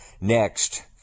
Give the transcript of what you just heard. Next